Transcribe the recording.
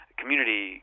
community